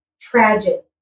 tragic